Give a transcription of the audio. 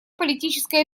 политическая